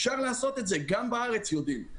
אפשר לעשות את זה וגם בארץ יודעים.